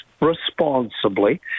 responsibly